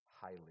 highly